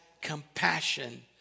compassion